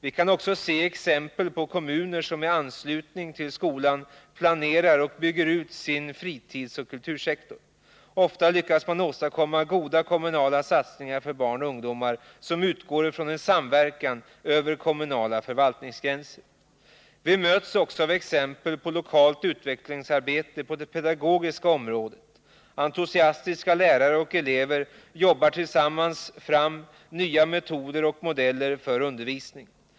Vi kan också se exempel på kommuner som i anslutning till skolan planerar och bygger ut sin fritidsoch kultursektor. Ofta lyckas man åstadkomma goda kommunala satsningar för barn och ungdomar som utgår ifrån en samverkan över kommunala förvaltningsgränser. Vi möts också av exempel på lokalt utvecklingsarbete på det pedagogiska området. Entusiastiska lärare och elever jobbar tillsammans fram nya metoder och modeller för undervisning.